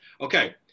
Okay